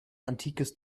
antikes